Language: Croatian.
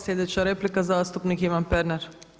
Sljedeća replika zastupnik Ivan Pernar.